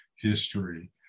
history